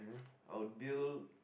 I would build